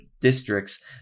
districts